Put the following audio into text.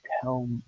tell